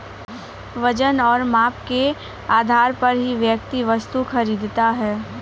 वजन और माप के आधार पर ही व्यक्ति वस्तु खरीदता है